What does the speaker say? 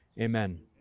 amen